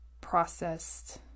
processed